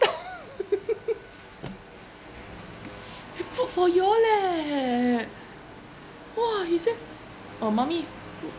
dong food for you all leh !wah! he say uh mummy